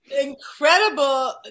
Incredible